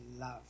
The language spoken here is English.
love